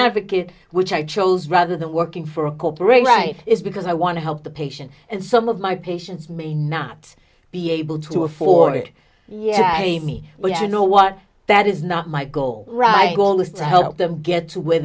advocate which i chose rather than working for a corporation right is because i want to help the patient and some of my patients may not be able to afford me well you know what that is not my goal right goal is to help them get to where